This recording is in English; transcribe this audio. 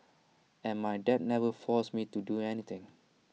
and my dad never forced me to do anything